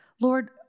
Lord